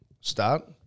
start